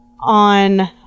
on